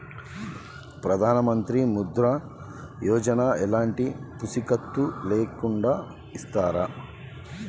ప్రధానమంత్రి ముద్ర యోజన ఎలాంటి పూసికత్తు లేకుండా ఇస్తారా?